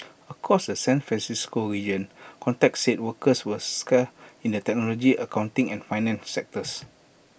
across the San Francisco region contacts said workers were scarce in the technology accounting and finance sectors